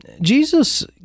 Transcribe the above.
Jesus